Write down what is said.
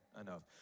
enough